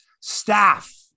staff